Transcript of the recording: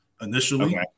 initially